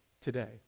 today